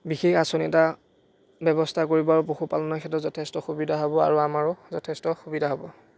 বিশেষ আঁচনি এটা ব্যৱস্থা কৰিব আৰু পশুপালনৰ ক্ষেত্ৰত যথেষ্ট সুবিধা হ'ব আৰু আমাৰো যথেষ্ট সুবিধা হ'ব